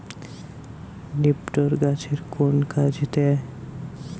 নিপটর গাছের কোন কাজে দেয়?